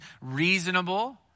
reasonable